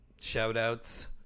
shout-outs